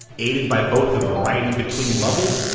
aided by both the variety between levels,